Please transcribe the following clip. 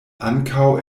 ankaŭ